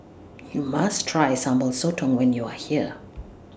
YOU must Try Sambal Sotong when YOU Are here